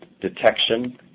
detection